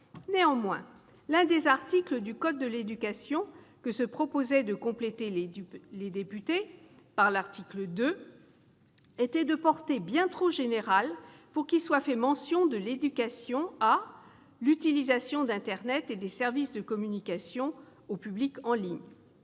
Néanmoins, l'un des articles du code de l'éducation que les députés se proposaient de compléter au travers de l'article 2 était de portée bien trop générale pour qu'il y soit fait mention de l'éducation à « l'utilisation d'internet et des services de communication au public en ligne ».